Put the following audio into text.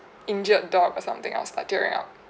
injured dog or something I'll start tearing up